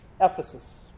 Ephesus